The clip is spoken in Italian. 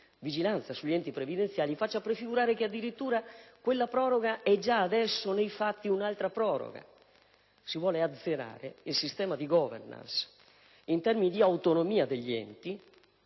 vigilanza sugli enti previdenziali faccia prefigurare che addirittura quella proroga è già adesso, nei fatti, un'altra proroga. Si vuole azzerare il sistema di *governance* in termini di autonomia degli enti,